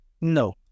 No